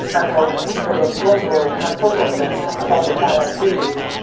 and how the people of gondor had forgotten about the palantiri.